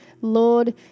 Lord